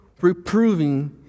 reproving